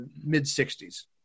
mid-60s